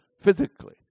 physically